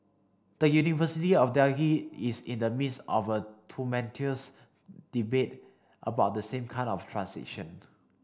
the University of Delhi is in the midst of a tumultuous debate about the same kind of transition